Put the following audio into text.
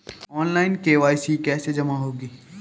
Online KYC कैसे जमा होगी?